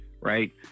right